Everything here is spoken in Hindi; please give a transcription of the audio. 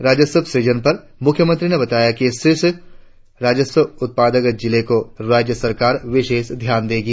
राजस्व सुजन पर मुख्यमंत्री ने बताया कि शीर्ष राजस्व उत्पादक जिलों को राज्य सरकार विशेष ध्यान देगी